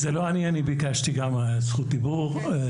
--- אני ביקשתי גם זכות דיבור.